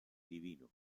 divino